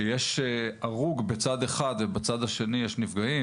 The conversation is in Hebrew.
שכשיש הרוג בצד אחד ובצד השני יש נפגעים,